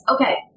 Okay